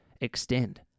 Extend